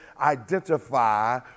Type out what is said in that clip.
identify